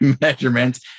measurements